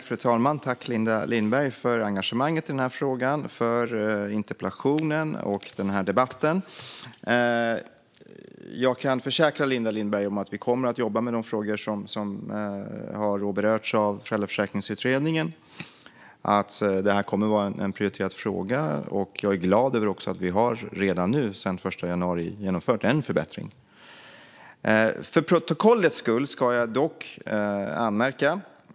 Fru talman! Tack, Linda Lindberg, för engagemanget i denna fråga, för interpellationen och för denna debatt! Jag kan försäkra Linda Lindberg om att vi kommer att jobba med de frågor som har berörts av Föräldraförsäkringsutredningen och att det kommer att vara en prioriterad fråga. Jag är glad över att vi redan nu, sedan den 1 januari, har infört en förbättring. För protokollet vill jag dock göra en anmärkning.